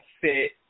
fit